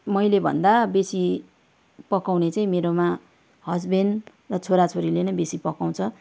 मैलेभन्दा बेसी पकाउने चाहिँ मेरोमा हस्बेन्ड र छोरा छोरीले नै बेसी पकाउँछ